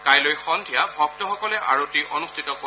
কাইলৈ সদ্ধিয়া ভক্তসকলে আৰতি অনুষ্ঠিত কৰিব